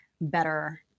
better